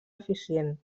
eficient